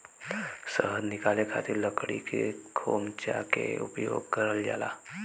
शहद निकाले खातिर लकड़ी के खोमचा के उपयोग करल जाला